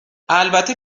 البته